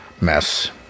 mess